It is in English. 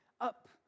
up